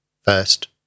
first